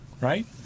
right